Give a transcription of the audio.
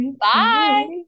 Bye